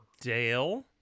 Dale